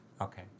Okay